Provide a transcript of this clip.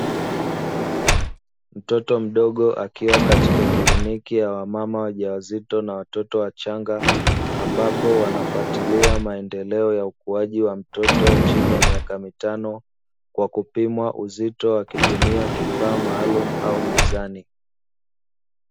Mtoto mdogo akiwa katika kliniki ya wamama wajawazito na watoto wachanga, ambapo wanafuatilia maendeleo ya ukuaji wa mtoto chini ya miaka mitano, kwa kupimwa uzito wakitumia kifaa maalumu au mizani.